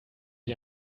dir